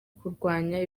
kurwanya